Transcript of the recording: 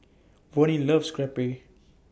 Vonnie loves Crepe